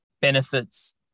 benefits